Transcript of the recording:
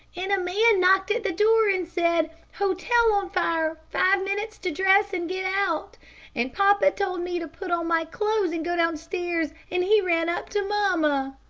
and a man knocked at the door, and said, hotel on fire. five minutes to dress and get out and papa told me to put on my clothes and go downstairs, and he ran up to mamma.